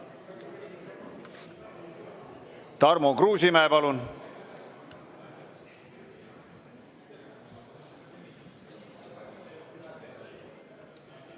Tarmo Kruusimäe, palun!